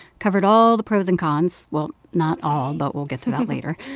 covered all the pros and cons well, not all, but we'll get to that later.